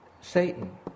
Satan